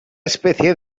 especie